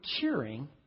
cheering